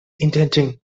intending